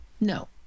no